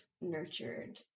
nurtured